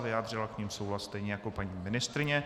Vyjádřila k nim souhlas stejně jako paní ministryně.